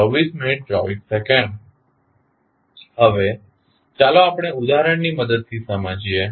ચાલો હવે આપણે ઉદાહરણની મદદથી સમજીએ